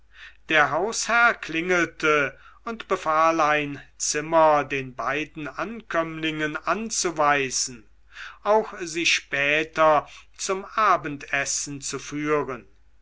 der hausherr klingelte und befahl ein zimmer den beiden ankömmlingen anzuweisen auch sie später zum abendessen zu führen